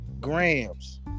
grams